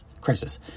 crisis